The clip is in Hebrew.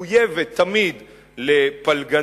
שמחויבת תמיד לפלגנות,